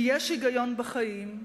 כי יש היגיון בחיים,